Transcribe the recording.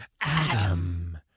Adam